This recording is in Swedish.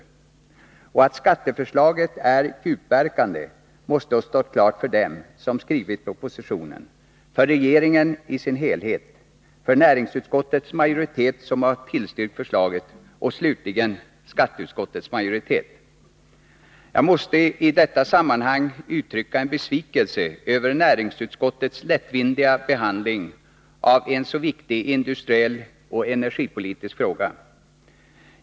Och att 175 skatteförslaget är djupverkande måste ha stått klart för dem som skrivit propositionen, för regeringen i dess helhet, för näringsutskottets majoritet som har tillstyrkt förslaget och slutligen för skatteutskottets majoritet. Jag måste i detta sammanhang uttrycka min besvikelse över näringsutskottets lättvindiga behandling av en så viktig industriell och energipolitisk fråga.